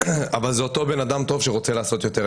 אבל זה אותו בן אדם טוב שרוצה לעשות יותר.